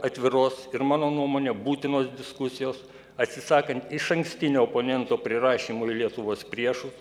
atviros ir mano nuomone būtinos diskusijos atsisakant išankstinio oponento prirašymo į lietuvos priešus